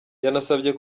yanasabye